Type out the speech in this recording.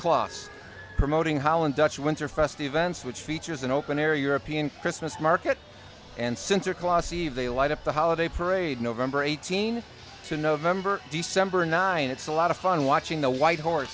closs promoting holland dutch winterfest events which features an open air european christmas market and center colossi they light up the holiday parade nov eighteenth to november december nine it's a lot of fun watching the white horse